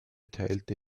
teilte